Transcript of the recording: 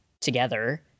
together